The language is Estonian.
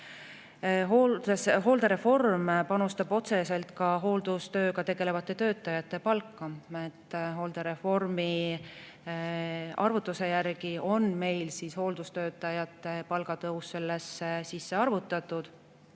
Hooldereform panustab otseselt ka hooldustööga tegelevate töötajate palka. Hooldereformi on meil hooldustöötajate palgatõus sisse arvutatud